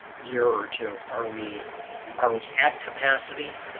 year or two are we are we at capacity?